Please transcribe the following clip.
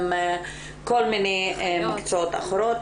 כל מיני מקצועות אחרים,